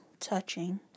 touching